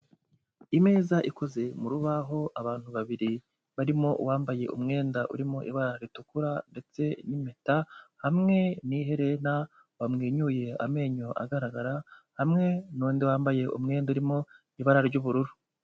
Imeza ikoze mu rubaho abantu babiri barimo wambaye umwenda urimo ibara ritukura ndetse n'impeta, hamwe n'iherena, wamwenyuye amenyo agaragara, hamwe n'undi wambaye umwenda urimo ibara ry'ubururu.